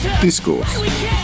Discourse